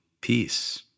peace